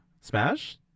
Smash